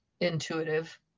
intuitive